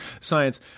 science